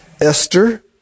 Esther